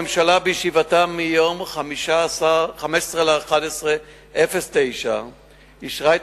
הממשלה בישיבתה ב-15 בנובמבר 2009 אישרה את